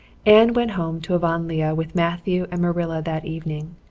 anne went home to avonlea with matthew and marilla that evening.